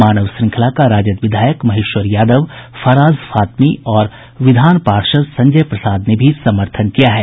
मानव श्रृंखला का राजद विधायक महेश्वर यादव फराज फातमी और विधान पार्षद संजय प्रसाद ने भी समर्थन किया है